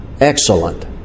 excellent